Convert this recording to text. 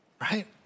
Right